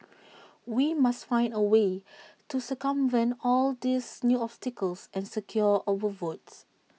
we must find A way to circumvent all these new obstacles and secure our votes